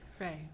Right